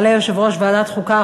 יעלה יושב-ראש ועדת החוקה,